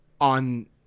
on